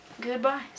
Goodbye